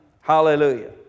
Hallelujah